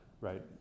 right